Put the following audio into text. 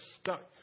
stuck